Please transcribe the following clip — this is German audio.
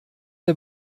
der